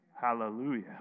Hallelujah